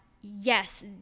yes